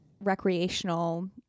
recreational